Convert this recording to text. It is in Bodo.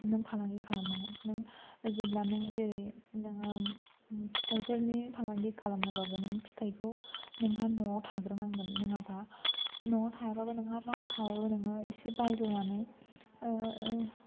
नों फालांगि खालाम नांगोन जेब्ला नों जेरै नोङो फिथाइफोरनि फालांगि खालामनोब्लाबो नों फिथाइखौ नोंहा न'आव थाग्रोनांगोन नङाब्ला न'आव थायाब्लाबो नोंहा रां थाब्लाबो नङो एसे बायग्रोनानै